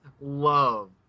love